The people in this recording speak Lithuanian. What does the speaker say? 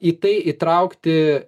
į tai įtraukti